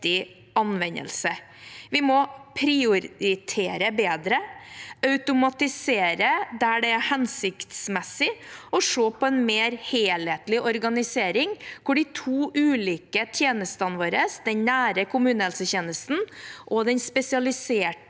Vi må prioritere bedre, automatisere der det er hensiktsmessig, og se på en mer helhetlig organisering, hvor de to ulike tjenestene våre – den nære kommunehelsetjenesten og den spesialiserte